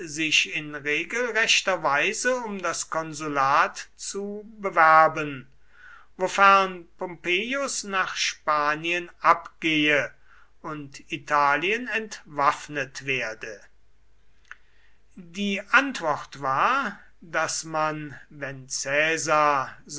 sich in regelrechter weise um das konsulat zu bewerben wofern pompeius nach spanien abgehe und italien entwaffnet werde die antwort war daß man wenn